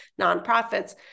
nonprofits